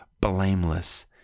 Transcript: blameless